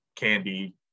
candy